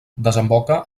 desemboca